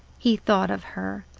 he thought of her.